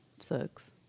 sucks